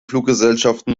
fluggesellschaften